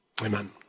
Amen